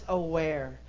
aware